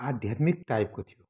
आध्यात्मिक टाइपको थियो